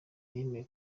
yamenye